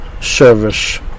service